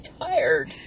tired